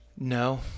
no